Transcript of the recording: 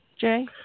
Jay